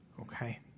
okay